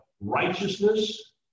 righteousness